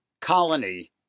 colony